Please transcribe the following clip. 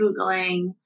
Googling